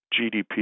GDP